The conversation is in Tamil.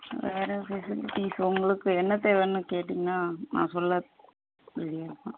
வேறு ஸ்பெஷல் ஃபீஸ் உங்களுக்கு என்ன தேவைன்னு கேட்டிங்கன்னால் நான் சொல்ல ரெடியாக இருப்பேன்